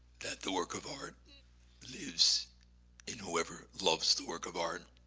that the work of art lives in whoever loves the work of art.